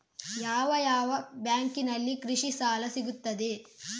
ಯಾವ ಯಾವ ಬ್ಯಾಂಕಿನಲ್ಲಿ ಕೃಷಿ ಸಾಲ ಸಿಗುತ್ತದೆ?